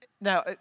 Now